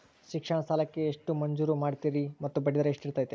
ಶಿಕ್ಷಣ ಸಾಲಕ್ಕೆ ಎಷ್ಟು ಮಂಜೂರು ಮಾಡ್ತೇರಿ ಮತ್ತು ಬಡ್ಡಿದರ ಎಷ್ಟಿರ್ತೈತೆ?